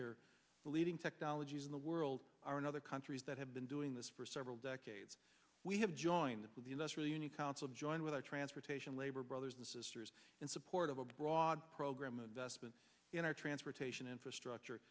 the leading technologies in the world are another countries that have been doing this for several decades we have joined with the less really unique council joined with our transportation labor brothers and sisters in support of a broad program of vestments in our transportation infrastructure